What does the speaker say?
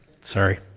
sorry